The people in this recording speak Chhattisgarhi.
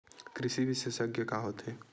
कृषि विशेषज्ञ का होथे?